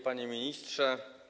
Panie Ministrze!